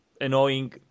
annoying